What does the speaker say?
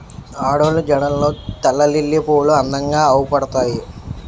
ఆడోళ్ళు జడల్లో తెల్లలిల్లి పువ్వులు అందంగా అవుపడతాయి